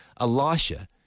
Elisha